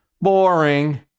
Boring